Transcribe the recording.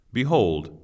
behold